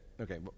okay